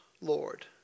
Lord